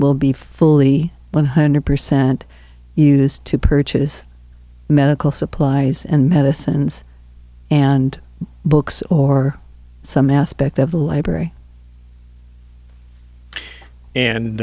will be fully one hundred percent used to purchase medical supplies and medicines and books or some aspect of the library